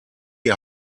die